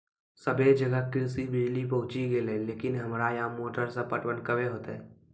सबे जगह कृषि बिज़ली पहुंची गेलै लेकिन हमरा यहाँ मोटर से पटवन कबे होतय?